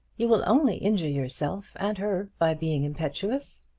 you will only injure yourself and her by being impetuous.